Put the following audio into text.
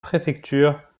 préfecture